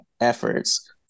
efforts